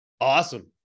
Awesome